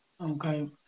Okay